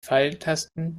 pfeiltasten